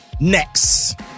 next